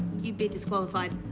you'd be disqualified.